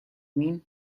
mean